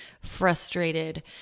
frustrated